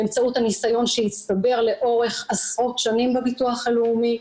באמצעות הניסיון שהצטבר לאורך עשרות שנים בביטוח הלאומי,